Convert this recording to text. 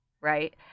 Right